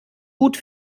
gut